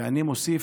ואני מוסיף: